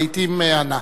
לעתים, מהנה.